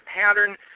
pattern